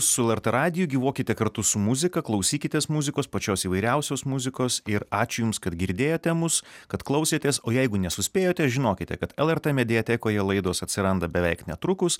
su lrt radiju gyvuokite kartu su muzika klausykitės muzikos pačios įvairiausios muzikos ir ačiū jums kad girdėjote mus kad klausėtės o jeigu nesuspėjote žinokite kad lrt mediatekoje laidos atsiranda beveik netrukus